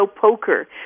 poker